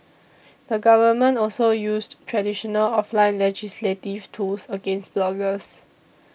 the government also used traditional offline legislative tools against bloggers